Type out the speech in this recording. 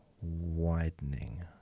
widening